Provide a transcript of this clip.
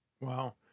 wow